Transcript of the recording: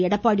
Edappadi